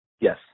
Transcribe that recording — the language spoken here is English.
yes